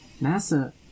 NASA